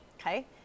Okay